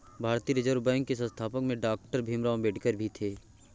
भारतीय reserve bank के संस्थापकों में डॉक्टर भीमराव अंबेडकर भी थे